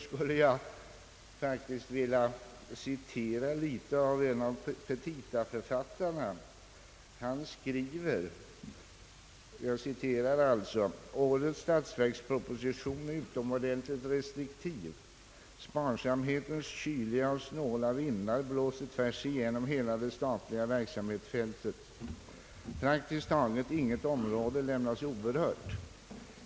skulle jag vilja citera något av vad en av petitaförfattarna skriver: »Årets statsverksproposition är utomordentligt restriktiv. Sparsamhetens kyliga och snåla vindar blåser tvärsigenom hela det statliga verksamhetsfältet. Praktiskt taget inget område lämnas oberört.